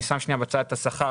אני שם שנייה בצד את השכר,